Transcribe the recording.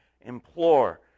implore